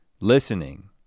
listening